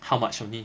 how much only